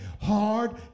hard